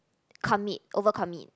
commit over commit